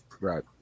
Right